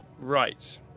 Right